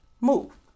move